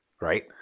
right